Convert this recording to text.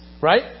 Right